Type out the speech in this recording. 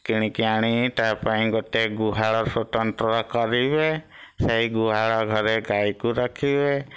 କିଣିକି ଆଣି ତା' ପାଇଁ ଗୋଟେ ଗୁହାଳ ସ୍ୱତନ୍ତ୍ର କରିବେ ସେହି ଗୁହାଳ ଘରେ ଗାଈକୁ ରଖିବେ